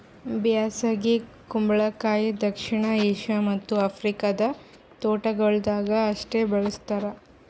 ಬ್ಯಾಸಗಿ ಕುಂಬಳಕಾಯಿ ದಕ್ಷಿಣ ಏಷ್ಯಾ ಮತ್ತ್ ಆಫ್ರಿಕಾದ ತೋಟಗೊಳ್ದಾಗ್ ಅಷ್ಟೆ ಬೆಳುಸ್ತಾರ್